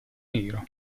nero